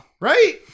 Right